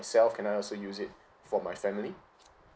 self can I also use it for my family